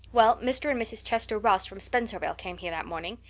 well, mr. and mrs. chester ross from spencervale came here that morning.